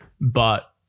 but-